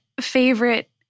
favorite